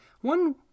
One